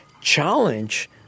challenge